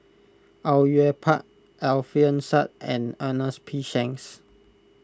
Au Yue Pak Alfian Sa'At and Ernest P Shanks